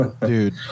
dude